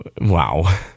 Wow